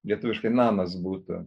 lietuviškai namas būtų